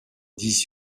dix